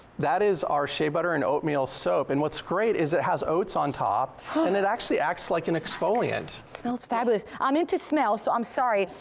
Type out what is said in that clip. that is our shea butter and oatmeal soap. and what's great is it has oats on top and it actually acts like an exfoliant. it smells fabulous. i'm into smell so i'm sorry,